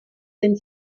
den